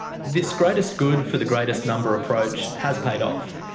this greatest good for the greatest number approach has paid off.